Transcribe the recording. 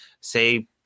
say